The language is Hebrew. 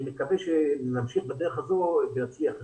אני מקווה שנמשיך בדרך הזו ונצליח יותר.